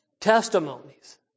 testimonies